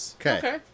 Okay